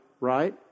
right